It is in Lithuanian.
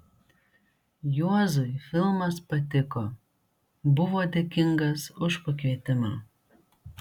juozui filmas patiko buvo dėkingas už pakvietimą